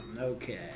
okay